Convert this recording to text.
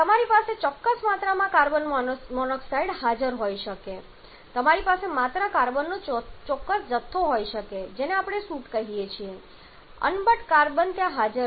તમારી પાસે ચોક્કસ માત્રામાં કાર્બન મોનોક્સાઇડ હાજર હોઈ શકે છે તમારી પાસે માત્ર કાર્બનનો ચોક્કસ જથ્થો હોઈ શકે છે જેને આપણે સૂટ કહીએ છીએ અનબર્ન્ડ કાર્બન ત્યાં હાજર છે